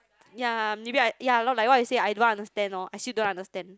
yea maybe I yea like what you say I don't understand loh I still don't understand